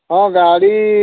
ହଁ ଗାଡ଼ି